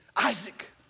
Isaac